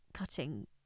cutting